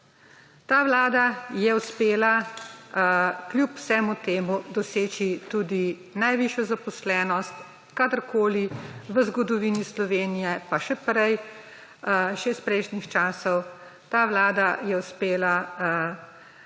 Vlada je uspela kljub vsemu temu doseči tudi najvišjo zaposlenost kadarkoli v zgodovini Slovenije pa še iz prejšnjih časov, ta vlada je uspela